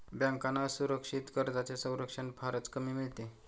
बँकांना असुरक्षित कर्जांचे संरक्षण फारच कमी मिळते